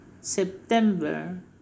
September